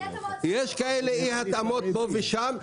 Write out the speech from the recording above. יש כאלה אי התאמות פה ושם.